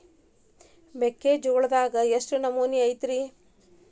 ಮೆಕ್ಕಿಜೋಳದಾಗ ಎಷ್ಟು ನಮೂನಿ ಐತ್ರೇ?